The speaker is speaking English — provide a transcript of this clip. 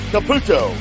Caputo